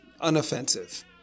unoffensive